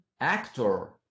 actor